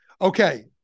Okay